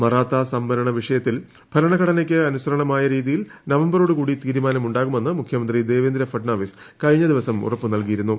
മറാത്ത സംവരണ വിഷയത്തിൽ ഭരണഘടനയ്ക്ക് അനുസരണമായ രീതിയിൽ നവംബറോടു കൂടി തീരുമാനം ഉണ്ടാകുമെന്ന് മുഖ്യമന്ത്രി ദേവേന്ദ്ര ഫട്നാവിസ് കഴിഞ്ഞ ദിവസം ഉപ്പു നൽകിയിരുന്നു